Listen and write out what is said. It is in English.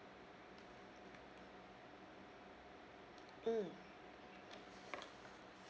mm